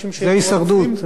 זה בדיוק נקרא הישרדות.